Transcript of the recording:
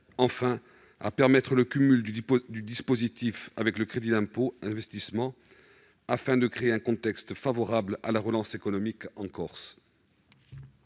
objet de permettre le cumul du dispositif avec le crédit d'impôt pour investissements, afin de créer un contexte favorable à la relance économique en Corse.